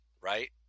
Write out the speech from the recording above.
right